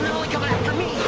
only coming after me?